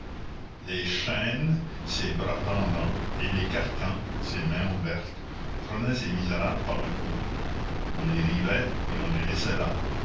les chaînes ces bras pendants et les carcans ces mains ouvertes prenaient ces misérables par le cou on les rivait et on les laissait là